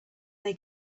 they